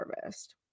harvest